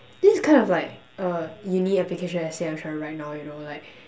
this is kind of like a uni application essay I'm trying to write right now you know like